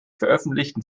veröffentlichten